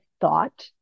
thought